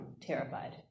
terrified